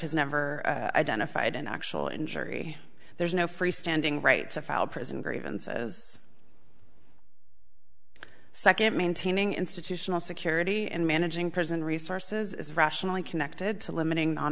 has never identified an actual injury there's no free standing right to file prison grievances second maintaining institutional security and managing prison resources is rationally connected to